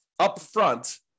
upfront